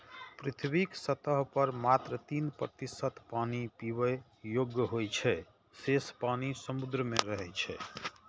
पृथ्वीक सतह पर मात्र तीन प्रतिशत पानि पीबै योग्य होइ छै, शेष पानि समुद्र मे रहै छै